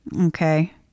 Okay